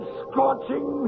scorching